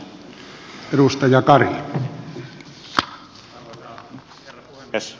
arvoisa herra puhemies